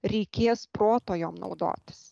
reikės proto jom naudotis